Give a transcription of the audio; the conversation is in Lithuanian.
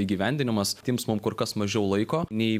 įgyvendinimas tiems mums kur kas mažiau laiko nei